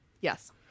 Yes